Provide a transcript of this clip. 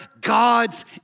God's